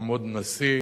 יעמוד נשיא